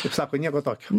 kaip sako nieko tokio